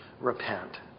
repent